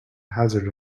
hazard